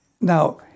Now